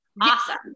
awesome